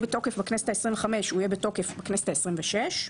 בתוקף בכנסת ה-25 הוא יהיה בתוקף בכנסת ה-26.